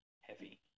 heavy